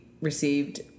received